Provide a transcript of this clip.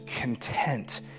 content